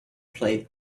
played